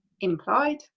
implied